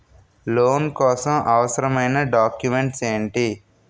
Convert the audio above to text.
Loan కోసం అవసరమైన documents ఎంటి?